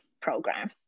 program